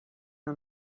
نوع